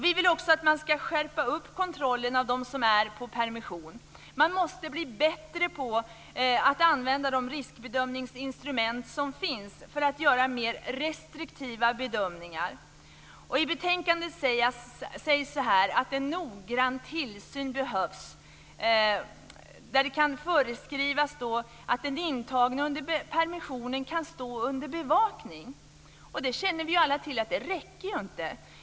Vi vill också att man ska skärpa kontrollen av dem som är på permission. Man måste bli bättre på att använda de riskbedömningsinstrument som finns för att göra mer restriktiva bedömningar. I betänkandet sägs det: "Om noggrann tillsyn behövs kan det föreskrivas att den intagne under permissionen skall stå under bevakning." Vi känner alla till att det inte räcker.